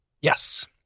Yes